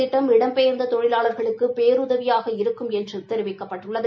திட்டம் இடம்பெயர்ந்த தொழிலாளர்களுக்கு பேருதவியாக இருக்கும் இந்த என்று தெரிவிக்கப்பட்டுள்ளது